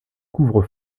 couvre